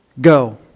Go